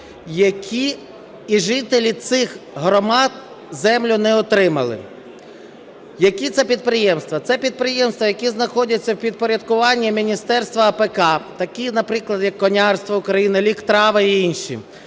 і жителі цих громад землю не отримали. Які це підприємства? Це підприємства, які знаходяться в підпорядкуванні Міністерства АПК, такі, наприклад, як "Конярство України", "Ліктрави" і інші,